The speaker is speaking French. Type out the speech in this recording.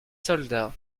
soldats